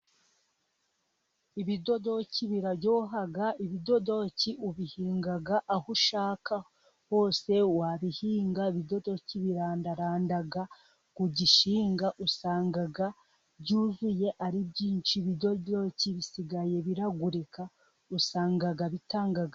Ibidodoki biraryoha, ibidodoki ubihinga aho ushaka hose wabihinga. Ibidodoki birandaranda ku gishinga. Usanga byuzuye ari byinshi. Ibidodoki bisigaye biragurika, usanga bitanga...